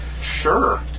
Sure